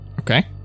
Okay